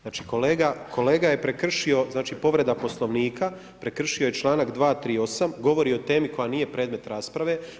Znači kolega je prekršio znači povreda Poslovnika prekršio je članak 238. govori o temi koja nije predmet rasprave.